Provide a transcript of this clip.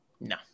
No